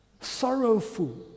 Sorrowful